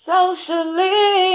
Socially